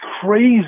crazy